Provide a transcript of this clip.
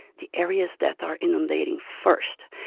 the areas that are inundating first.